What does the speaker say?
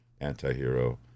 antihero